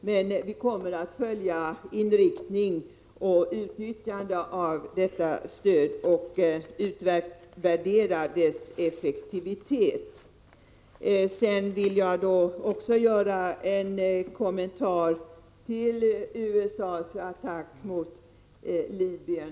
Men vi kommer att följa inriktning och utnyttjande av detta stöd och utvärdera dess effektivitet. Sedan vill jag göra en kommentar till USA:s attack mot Libyen.